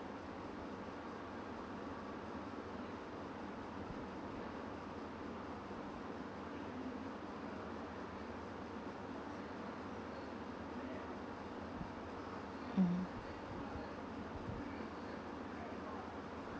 mmhmm